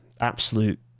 absolute